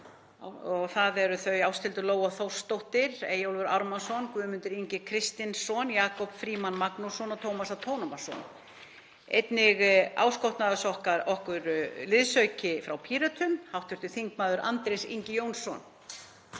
það eru þau Ásthildur Lóa Þórsdóttir, Eyjólfur Ármannsson, Guðmundur Ingi Kristinsson, Jakob Frímann Magnússon og Tómas A. Tómasson. Einnig áskotnaðist okkur liðsauki frá Pírötum, hv. þm. Andrés Ingi Jónsson